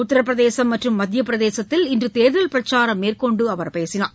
உத்தரப்பிரதேசம் மற்றும் மத்தியப்பிரதேசத்தில் இன்று தேர்தல் பிரச்சாரம் மேற்கொண்டு அவர் பேசினார்